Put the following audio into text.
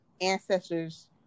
ancestors